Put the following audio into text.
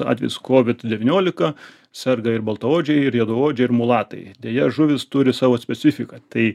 atvejį su kovid devyniolika serga ir baltaodžiai ir juodaodžiai ir mulatai deja žuvys turi savo specifiką tai